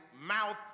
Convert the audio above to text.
mouth